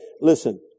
listen